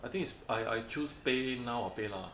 I think is I I choose PayNow or PayLah